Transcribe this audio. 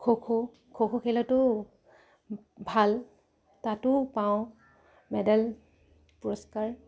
খো খো খো খো খেলতো ভাল তাতো পাওঁ মেডেল পুৰস্কাৰ